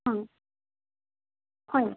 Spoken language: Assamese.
অঁ হয়